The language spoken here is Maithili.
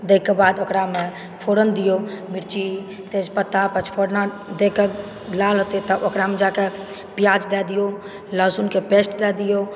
ओहिके बाद ओकरामे फोरन दिऔ मिर्ची तेजपत्ता पंचफोरणा दै कऽ लाल होतै तऽ ओकरामे जाकेँ प्याज दय दिऔ लहसुनके पेस्ट दय दिऔ